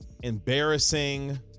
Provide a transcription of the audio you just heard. embarrassing